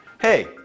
Hey